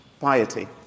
piety